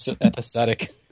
Episodic